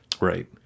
right